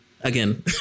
again